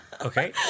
Okay